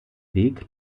weg